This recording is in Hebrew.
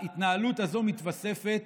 ההתנהלות הזאת מתווספת